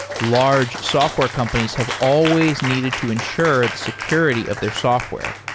large software companies have always needed to ensure the security of their software.